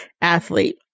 athlete